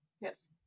yes